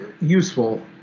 useful